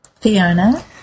Fiona